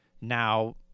now